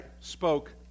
spoke